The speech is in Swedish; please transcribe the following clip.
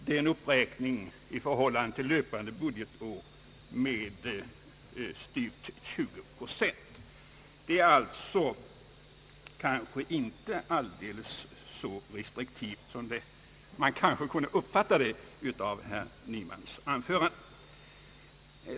Det är en uppräkning i förhållande till löpande budgetår med styvt 20 procent. Man har alltså här kanske inte varit fullt så restriktiv som man kunde tro av herr Nymans anförande.